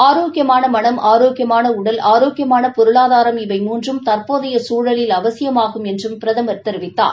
ஆரோக்கியமான மனம் ஆரோக்கியமான உடல் ஆரோக்கியமான பொருளாதாரம் இவை மூன்றும் தற்போதைய குழலில் அவசியமாகும் என்றும் பிரதமர் தெரிவித்தார்